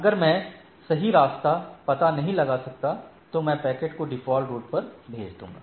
अगर मैं सही रास्ता पता नहीं लगा सकता तो मैं पैकेट को डिफॉल्ट रूट पर भेज दूंगा